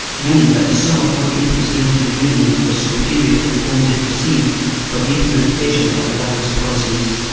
meaning that the sum of money it was giving to the union was superior to the funds it received for the implementation of the latter's policies.